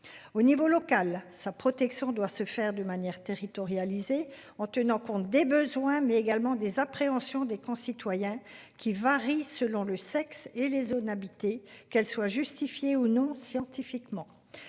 Au niveau local, sa protection doit se faire de manière territorialisée en tenant compte des besoins, mais également des appréhensions, des concitoyens qui varie selon le sexe et les zones habitées, qu'elle soit justifiée ou non. Scientifiquement,